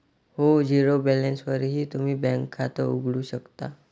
हो, झिरो बॅलन्सवरही तुम्ही बँकेत खातं उघडू शकता